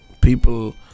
people